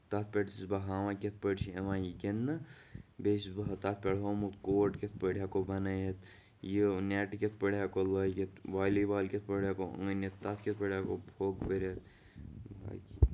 تَتھ پٮ۪ٹھ چھُس بہٕ ہاوان کہِ کِتھ پٲٹھۍ چھُ یِوان یہِ گِندنہٕ بیٚیہِ چھُس بہٕ تَتھ پٮ۪ٹھ ہومُت کوٹ کِتھ پٲٹھۍ ہیٚکو بَنٲیِتھ یہِ نیٚٹ کِتھ پٲٹھۍ ہیٚکو لاگِتھ والی بال کِتھ پٲٹھۍ ہیٚکو أنِتھ تَتھ کِتھ پٲٹھۍ ہیٚکو پھوٚکھ بٔرِتھ باقٕے